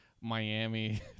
Miami